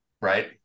right